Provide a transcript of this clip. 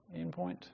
endpoint